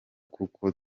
kuko